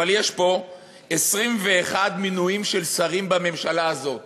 אבל יש פה 21 מינויים של שרים בממשלה הזאת